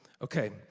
Okay